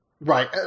right